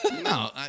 No